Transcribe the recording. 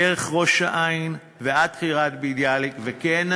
דרך ראש-העין ועד קריית-ביאליק, וכן